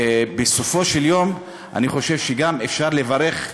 בסופו של דבר, אני חושב שגם אפשר לברך,